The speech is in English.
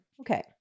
Okay